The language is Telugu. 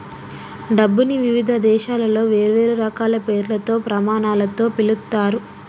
డబ్బుని ఇవిధ దేశాలలో వేర్వేరు రకాల పేర్లతో, ప్రమాణాలతో పిలుత్తారు